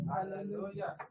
Hallelujah